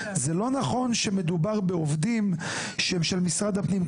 זה לא נכון שמדובר בעובדים של משרד הפנים,